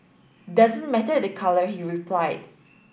doesn't matter the colour he replied